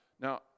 Now